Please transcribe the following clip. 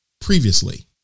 previously